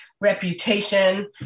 reputation